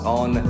on